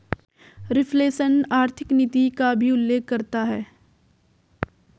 reflation आर्थिक नीति का भी उल्लेख करता है